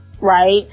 right